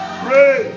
pray